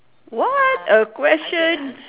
what a question